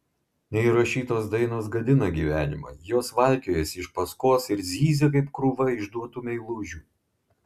neįrašytos dainos gadina gyvenimą jos valkiojasi iš paskos ir zyzia kaip krūva išduotų meilužių